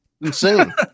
Insane